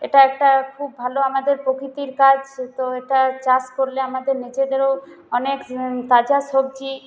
এটা একটা খুব ভালো আমাদের প্রকৃতির কাজ তো এটা চাষ করলে আমাদের নিজেদেরও অনেক তাজা সবজি